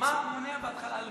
מה מונע בעדך?